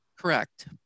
Correct